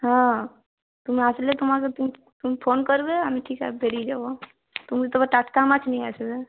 হ্যাঁ তুমি আসলে তোমাকে তুমি তুমি ফোন করবে আমি ঠিক বেরিয়ে যাবো তুমি তবে টাটকা মাছ নিয়ে আসবে